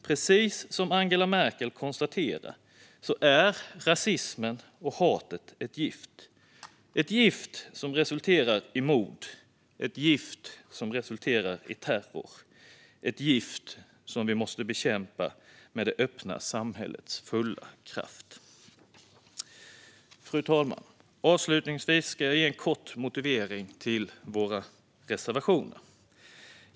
Precis som Angela Merkel konstaterar är rasismen och hatet ett gift. Det är ett gift som resulterar i mord, ett gift som resulterar i terror och ett gift som vi måste bekämpa med det öppna samhällets fulla kraft. Fru talman! Avslutningsvis ska jag ge en kort motivering till våra reservationer.